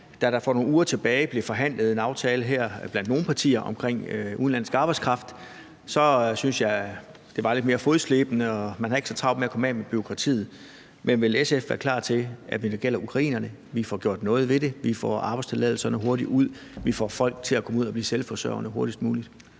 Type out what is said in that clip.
Da der for nogle uger siden blev forhandlet en aftale her blandt nogle partier omkring udenlandsk arbejdskraft, syntes jeg, at det var lidt mere fodslæbende, og man havde ikke så travlt med at komme af med bureaukratiet. Men vil SF være klar til, når det gælder ukrainerne, at vi får gjort noget ved det, at vi får arbejdstilladelserne hurtigt ud, at vi får folk til at komme ud og blive selvforsørgende hurtigst muligt?